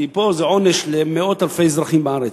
כי פה זה עונש למאות אלפי אזרחים בארץ,